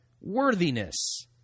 worthiness